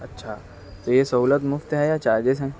اچھا تو یہ سہولت مفت ہے یا چارجز ہیں